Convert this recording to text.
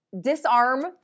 Disarm